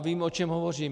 Vím, o čem hovořím.